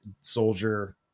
soldier